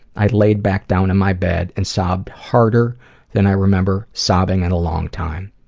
i laid back down in my bed and sobbed harder than i remember sobbing in a long time.